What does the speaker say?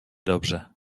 dobrze